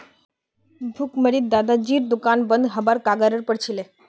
भुखमरीत दादाजीर दुकान बंद हबार कगारेर पर छिले